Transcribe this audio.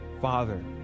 father